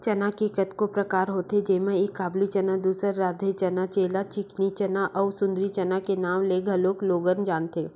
चना के कतको परकार होथे जेमा एक काबुली चना, दूसर राधे चना जेला चिकनी चना अउ सुंदरी चना के नांव ले घलोक लोगन जानथे